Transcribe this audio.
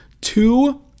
two